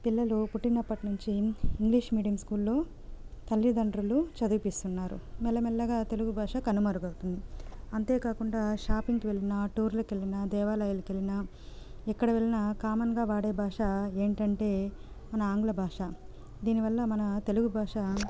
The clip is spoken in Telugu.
పిల్లలు పుట్టినప్పటి నుంచి ఇంగ్లీష్ మీడియం స్కూల్లో తల్లీతండ్రులు చదివిపిస్తున్నారు మెల్ల మెల్లగా తెలుగు భాష కనుమరుగవుతుంది అంతే కాకుండా షాపింగ్కి వెళ్లినా టూర్లకెళ్లినా దేవాలయాల కెళ్ళినా ఎక్కడ వెళ్లినా కామన్గా వాడే భాష ఏంటంటే మన ఆంగ్ల భాష దీని వల్ల మన తెలుగు భాష